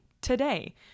today